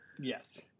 yes